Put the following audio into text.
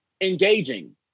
engaging